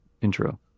intro